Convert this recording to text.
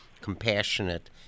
compassionate